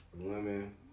women